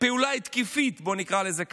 פעולה התקפית, נקרא לזה כך,